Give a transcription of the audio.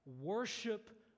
Worship